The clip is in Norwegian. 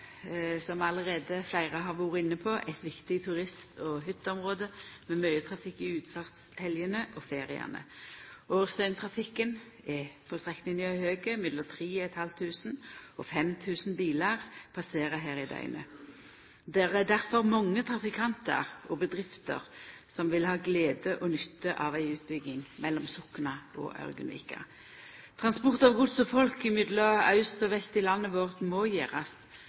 eit viktig turist- og hytteområde med mykje trafikk i utfartshelgane og i feriane. Årsdøgntrafikken på strekninga er høg; mellom 3 500 og 5 000 bilar passerer her i døgnet. Det er derfor mange trafikantar og bedrifter som vil ha glede og nytte av ei utbygging mellom Sokna og Ørgenvika. Transport av gods og folk mellom aust og vest i landet vårt må gjerast